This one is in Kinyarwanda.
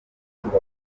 gihugu